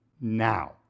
now